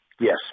Yes